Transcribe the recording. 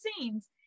scenes